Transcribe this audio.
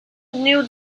new